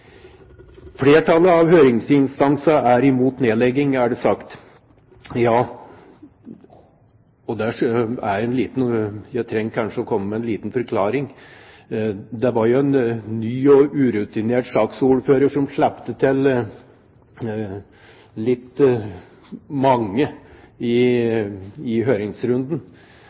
Flertallet av høringsinstansene er imot nedlegging, er det sagt. Ja, og jeg trenger kanskje å komme med en liten forklaring. Det var jo en ny og urutinert saksordfører, som slapp til litt mange i høringsrunden